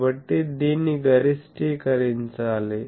కాబట్టి దీన్ని గరిష్టీకరించాలి